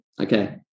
Okay